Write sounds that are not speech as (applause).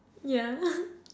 yeah (laughs)